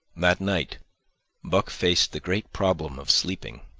that night buck faced the great problem of sleeping.